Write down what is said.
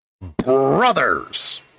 Brothers